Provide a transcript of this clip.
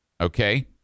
okay